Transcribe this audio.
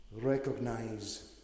recognize